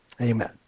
Amen